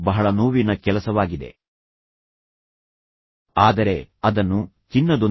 ನೀವು ಒಳ್ಳೆಯ ಅಭ್ಯಾಸವನ್ನು ಬೆಳೆಸಿಕೊಳ್ಳಲು ಪ್ರಾರಂಭಿಸಿದಾಗ ಶುದ್ಧೀಕರಣವು ಮನುಷ್ಯನಿಗೆ ನೋವುಂಟು ಮಾಡುತ್ತದೆ